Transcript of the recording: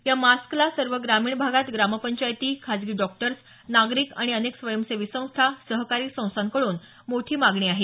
या मास्कला सर्व ग्रामीण भागात ग्रामपंचायती खाजगी डॉक्टर्स नागरिक आणि अनेक स्वयंसेवी संस्था सहकारी संस्थांकडून मोठी मागणी आहे